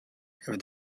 have